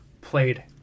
played